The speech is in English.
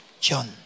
John